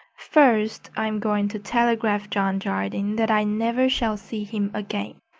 first, i'm going to telegraph john jardine that i never shall see him again,